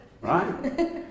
Right